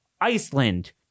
Iceland